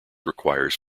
requires